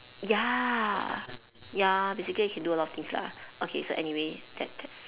ya ya basically I can do a lot of things lah okay so anyway that that's